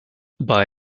bei